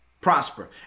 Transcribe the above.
prosper